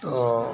तो